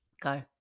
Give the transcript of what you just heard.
Go